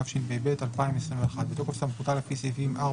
התשפ׳׳ב-2021 בתוקף סמכותה לפי סעיפים 4,